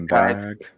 back